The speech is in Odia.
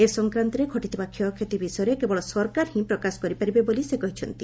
ଏ ସଂକ୍ରାନ୍ତରେ ଘଟିଥିବା କ୍ଷୟକ୍ଷତି ବିଷୟରେ କେବଳ ସରକାର ହି ପ୍ରକାଶ କରିପାରିବେ ବୋଲି ସେ କହିଛନ୍ତି